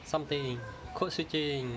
something codeswitching